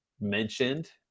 mentioned